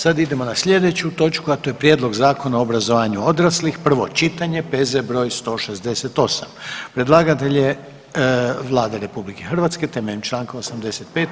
Sad idemo na slijedeću točku, a to je: - Prijedlog Zakona o obrazovanju odraslih, prvo čitanje, P.Z. broj 168 Predlagatelj je Vlada RH temeljem Članka 85.